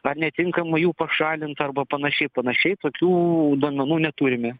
ar netinkamai jų pašalinta arba panašiai panašiai tokių duomenų neturime